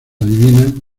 adivina